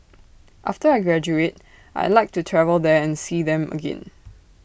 after I graduate I'd like to travel there and see them again